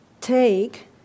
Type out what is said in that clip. take